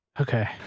Okay